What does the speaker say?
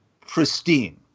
pristine